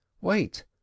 Wait